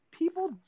People